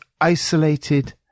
isolated